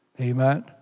Amen